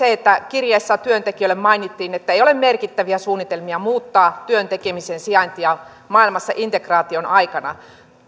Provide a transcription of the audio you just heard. kirjeessä työntekijöille mainittiin että ei ole merkittäviä suunnitelmia muuttaa työn tekemisen sijaintia maailmassa integraation aikana